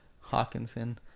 Hawkinson